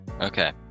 Okay